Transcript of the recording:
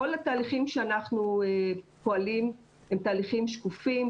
שכל התהליכים שאנחנו פועלים הם תהליכים שקופים,